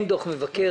אין דוח מבקר.